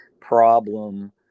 problem